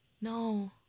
No